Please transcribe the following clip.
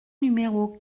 numéro